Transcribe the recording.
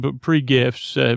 pre-gifts